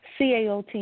CAOT